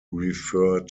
refer